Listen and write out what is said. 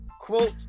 quote